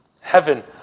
Heaven